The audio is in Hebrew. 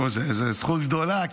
זו זכות גדולה,